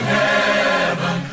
heaven